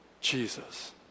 Jesus